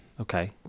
Okay